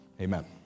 amen